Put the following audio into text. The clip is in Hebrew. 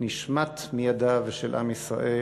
נשמט מידיו של עם ישראל,